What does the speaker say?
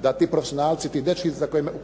da ti profesionalci, ti dečki